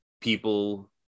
people